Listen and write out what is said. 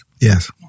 Yes